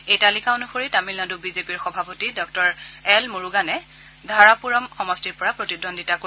এই তালিকা অনুসৰি তামিলনাডু বিজেপিৰ সভাপতি ডঃ এল মুৰুগানে ধাৰাপুৰাম সমষ্টিৰ পৰা প্ৰতিদ্বন্দ্বিতা কৰিব